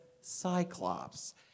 Cyclops